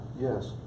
yes